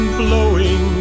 blowing